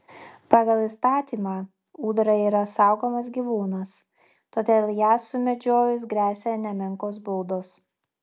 pagal įstatymą ūdra yra saugomas gyvūnas todėl ją sumedžiojus gresia nemenkos baudos